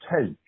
take